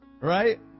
Right